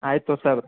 ಆಯಿತು ಸರ್